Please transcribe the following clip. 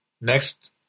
next